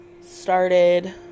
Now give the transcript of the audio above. started